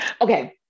Okay